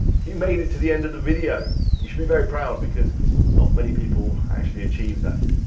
you made it to the end of the video. you should be very proud, because not many people actually achieve that.